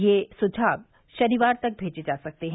ये सुझाव शनिवार तक भेजे जा सकते हैं